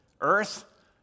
earth